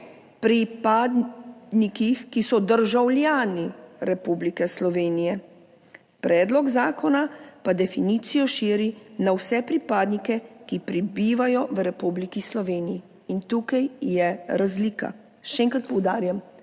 pripadnikih, ki so državljani Republike Slovenije, predlog zakona pa definicijo širi na vse pripadnike, ki prebivajo v Republiki Sloveniji, in tukaj je razlika. Še enkrat poudarjam,